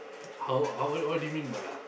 how how what what do mean by